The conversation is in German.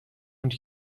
und